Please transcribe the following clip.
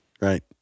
right